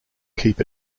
keep